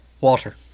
Walter